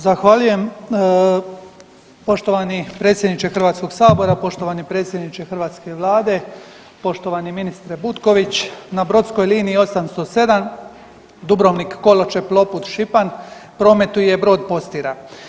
Zahvaljujem poštovani predsjedniče Hrvatskog sabora, poštovani predsjedniče hrvatske Vlade, poštovani ministre Butković na brodskoj liniji 807 Dubrovnik – Koločep – Čopud – Šipan prometuje brod Postira.